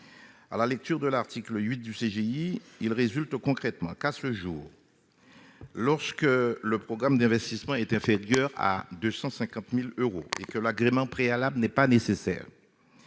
À la lecture de l'article 8 du CGI, on peut constater concrètement qu'à ce jour, lorsque le programme d'investissement est inférieur à 250 000 euros et que l'agrément préalable n'est pas nécessaire,